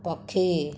ପକ୍ଷୀ